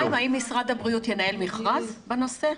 האם משרד הבריאות ינהל מכרז בנושא?